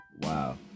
Wow